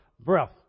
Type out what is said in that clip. breath